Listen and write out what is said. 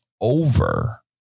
over